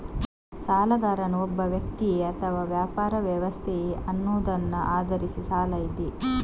ಸಾಲಗಾರನು ಒಬ್ಬ ವ್ಯಕ್ತಿಯೇ ಅಥವಾ ವ್ಯಾಪಾರ ವ್ಯವಸ್ಥೆಯೇ ಅನ್ನುವುದನ್ನ ಆಧರಿಸಿ ಸಾಲ ಇದೆ